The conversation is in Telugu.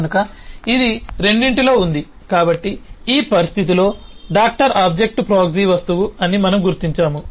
కనుక ఇది రెండింటిలో ఉంది కాబట్టి ఈ పరిస్థితిలో డాక్టర్ ఆబ్జెక్ట్ ప్రాక్సీ వస్తువు అని మనము గుర్తించాము